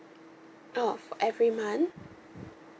oh for every month